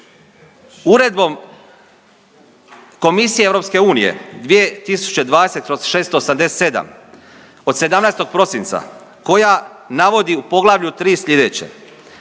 uredbom Komisije EU 2020/687 od 17. prosinca koja navodi u poglavlju 3. sljedeće.